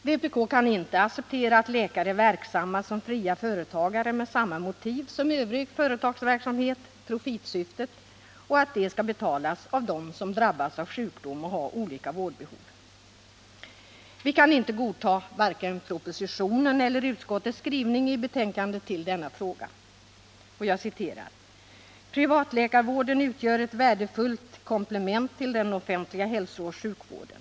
Vpk kan inte acceptera att läkare är verksamma som fria företagare med samma motiv som övrig företagsamhet — profitsyftet — och att denna verksamhet skall betalas av dem som drabbas av sjukdom och har olika vårdbehov. Vi kan inte godta vare sig propositionen eller utskottets skrivning i betänkandet i denna fråga. Utskottet skriver: ”Privatläkarvården utgör ett värdefullt komplement till den offentliga hälsooch sjukvården.